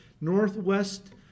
northwest